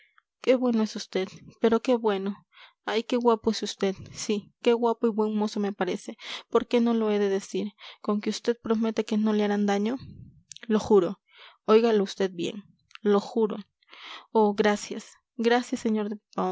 qué bueno es vd pero qué bueno ay qué guapo es vd sí qué guapo y buen mozo me parece por qué no lo he de decir conque vd promete que no le harán daño lo juro óigalo vd bien lo juro oh gracias gracias sr